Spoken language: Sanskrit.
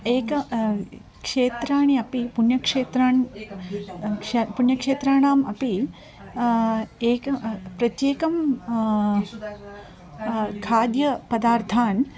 एकं क्षेत्राणि अपि पुण्यक्षेत्राणि क्ष पुण्यक्षेत्राणाम् अपि एकं प्रत्येकं खाद्यपदार्थान्